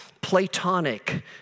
Platonic